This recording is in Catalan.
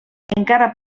encara